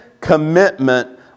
commitment